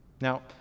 Now